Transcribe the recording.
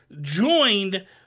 joined